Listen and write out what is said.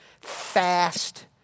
Fast